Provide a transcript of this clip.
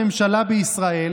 דוברות בתי המשפט,